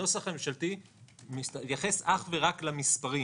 הנוסח הממשלתי מתייחס אך ורק למספרים